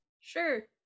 Sure